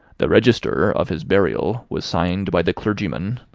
the register of his burial was signed by the clergyman,